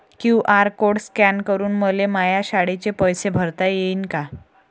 QR code scan करून मले माया शाळेचे पैसे भरता येईन का?